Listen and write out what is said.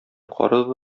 карады